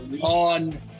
on